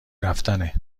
رفتنه